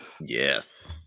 Yes